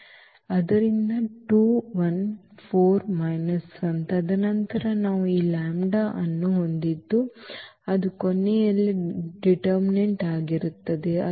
ಆದ್ದರಿಂದ ತದನಂತರ ನಾವು ಈ ಲ್ಯಾಂಬ್ಡಾ I ಅನ್ನು ಹೊಂದಿದ್ದು ಅದು ಕೊನೆಯಲ್ಲಿ ನಿರ್ಣಾಯಕವಾಗಿರುತ್ತದೆ